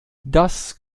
das